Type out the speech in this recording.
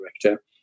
director